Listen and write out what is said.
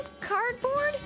Cardboard